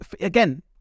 again